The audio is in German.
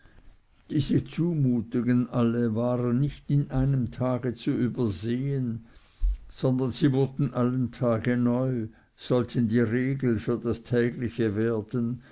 diese zumutungen alle waren nicht in einem tage zu übersehn sondern sie wurden alle tage neu sollten die regel für das tägliche werden